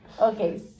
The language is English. Okay